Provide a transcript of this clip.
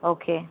okay